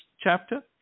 chapter